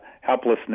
helplessness